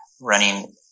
running